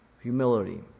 humility